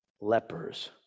lepers